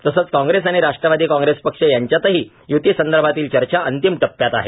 तसंच कॉग्रेस आणि राष्ट्रवादी कॉग्रेस पक्ष यांच्यातही युती संदर्भातील चर्चा अंतिम टप्पयात आहे